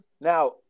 Now